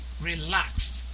relaxed